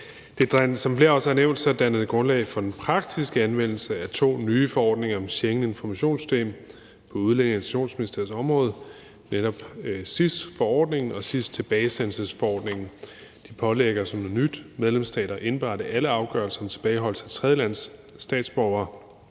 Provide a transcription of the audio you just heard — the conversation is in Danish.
her. Som flere også har nævnt, danner det grundlag for den praktiske anvendelse af to nye forordninger om Schengeninformationssystemet på Udlændinge- og Integrationsministeriets område, netop SIS-forordningen og SIS-tilbagesendelsesforordningen. De pålægger som noget nyt medlemsstater at indberette alle afgørelser om tilbageholdelse af tredjelandsstatsborgere